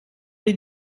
les